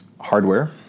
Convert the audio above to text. hardware